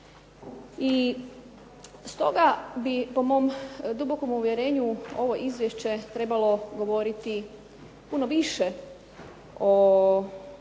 i stoga bi po mom dubokom uvjerenju ovo izvješće trebalo govoriti puno više od